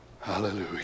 Hallelujah